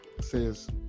says